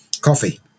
coffee